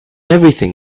everything